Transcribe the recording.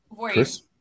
Chris